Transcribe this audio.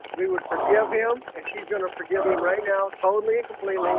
we would forgive him and she's gonna forgive him right now. totally completely